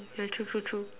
yeah true true true